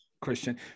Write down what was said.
Christian